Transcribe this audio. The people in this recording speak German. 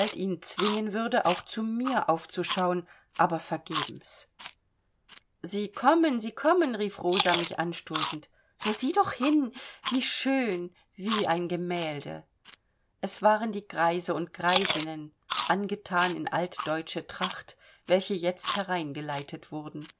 ihn zwingen würde auch zu mir aufzuschauen aber vergebens sie kommen sie kommen rief rosa mich anstoßend so sieh doch hin wie schön wie ein gemälde es waren die greise und greisinnen angethan in altdeutsche tracht welche jetzt hereingeleitet wurden